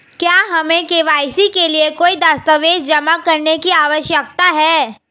क्या हमें के.वाई.सी के लिए कोई दस्तावेज़ जमा करने की आवश्यकता है?